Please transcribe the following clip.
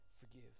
forgive